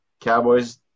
Cowboys